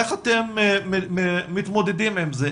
איך אתם מתמודדים עם זה?